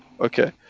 Okay